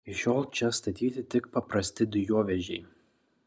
iki šiol čia statyti tik paprasti dujovežiai